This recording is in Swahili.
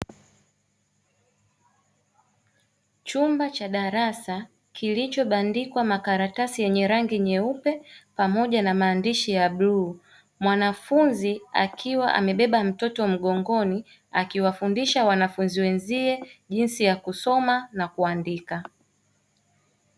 Chumba cha darasa kilichobandikwa makaratsi yenye rangi nyeupe pamoja na maandishi ya bluu. Mwanafunzi akiwa amebeba mtoto mgongoni akiwafundisha wanafunzi wenzie jinsi ya kusoma na kuandika.